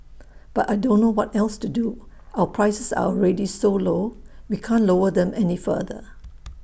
but I don't know what else to do our prices are already so low we can't lower them any further